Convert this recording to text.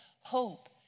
hope